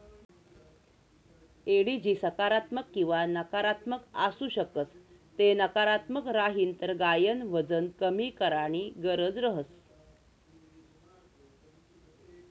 एडिजी सकारात्मक किंवा नकारात्मक आसू शकस ते नकारात्मक राहीन तर गायन वजन कमी कराणी गरज रहस